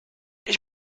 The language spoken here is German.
ich